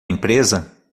empresa